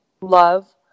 love